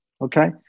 okay